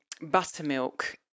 buttermilk